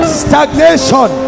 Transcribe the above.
stagnation